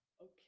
okay